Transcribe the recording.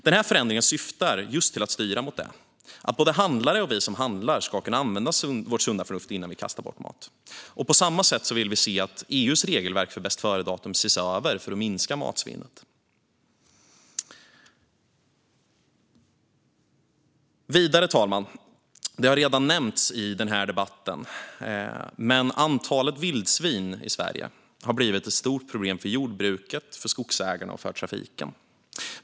Den här förändringen syftar just till att styra mot det. Både handlare och vi som handlar ska kunna använda vårt sunda förnuft innan vi kastar bort mat. På samma sätt vill vi se att EU:s regelverk för bäst-före-datum ses över för att minska matsvinnet. Fru talman! Det har redan nämnts i den här debatten, men antalet vildsvin i Sverige har blivit ett stort problem för jordbruket, för skogsägarna och för trafiken.